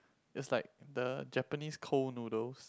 it was like the Japanese cold noodles